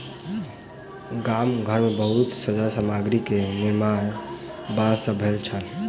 गाम घर मे बहुत सज्जा सामग्री के निर्माण बांस सॅ भेल छल